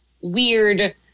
weird